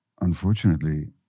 unfortunately